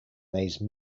these